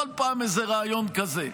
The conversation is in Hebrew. בכל פעם איזה רעיון כזה,